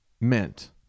meant